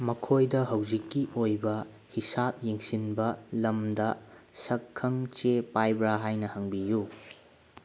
ꯃꯈꯣꯏꯗ ꯍꯧꯖꯤꯛꯀꯤ ꯑꯣꯏꯕ ꯍꯤꯁꯥꯞ ꯌꯦꯡꯁꯤꯟꯕ ꯂꯝꯗ ꯁꯛꯈꯪ ꯆꯦ ꯄꯥꯏꯕ꯭ꯔꯥ ꯍꯥꯏꯅ ꯍꯪꯕꯤꯌꯨ